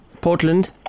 Portland